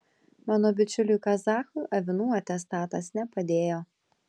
mano bičiuliui kazachui avinų atestatas nepadėjo